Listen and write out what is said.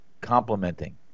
complementing